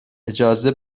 اجازه